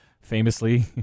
famously